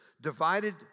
divided